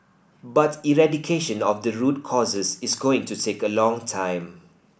but eradication of the root causes is going to take a long time